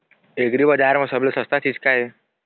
एग्रीबजार म सबले सस्ता चीज का ये?